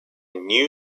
new